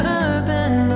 urban